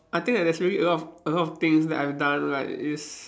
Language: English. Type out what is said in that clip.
I think that there's really a lot of a lot of things that I've done like is